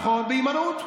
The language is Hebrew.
בהימנעות.